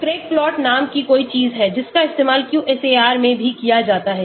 Craig plot नाम की कोई चीज है जिसका इस्तेमाल QSAR में भी किया जाता है